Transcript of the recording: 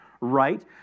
right